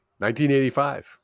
1985